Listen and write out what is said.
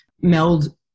meld